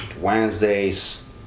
Wednesdays